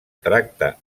tracte